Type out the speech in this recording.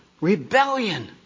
rebellion